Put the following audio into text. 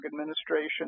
Administration